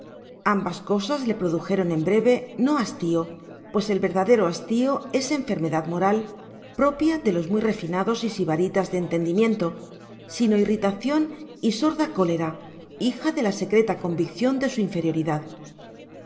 ambas cosas le produjeron en breve no hastío pues el verdadero hastío es enfermedad moral propia de los muy refinados y sibaritas de entendimiento sino irritación y sorda cólera hija de la secreta convicción de su inferioridad